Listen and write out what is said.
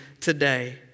today